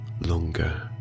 longer